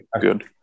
Good